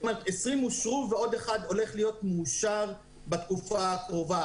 20 אושרו ועוד אחת הולכת להיות מאושרת בתקופה הקרובה.